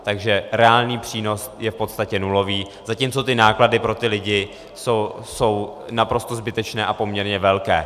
Takže reálný přínos je v podstatě nulový, zatímco náklady pro ty lidi jsou naprosto zbytečné a poměrně velké.